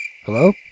Hello